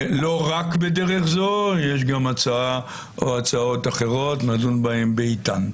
לא רק בדרך זו, יש גם הצעות אחרות, נדון בהן בעתן.